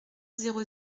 zéro